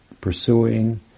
pursuing